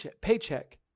paycheck